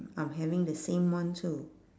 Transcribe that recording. I'm having the same one too